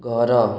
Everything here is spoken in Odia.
ଘର